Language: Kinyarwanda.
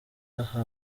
aha